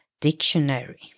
dictionary